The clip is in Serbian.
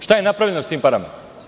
Šta je napravljeno s tim parama?